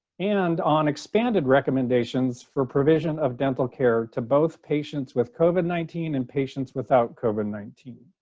and on expanded recommendations for provision of dental care to both patients with covid nineteen and patients without covid nineteen.